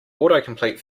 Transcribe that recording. autocomplete